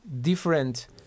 different